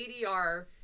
ADR